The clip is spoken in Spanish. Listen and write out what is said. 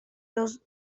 los